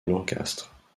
lancastre